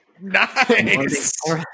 Nice